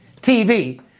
TV